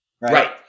right